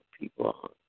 people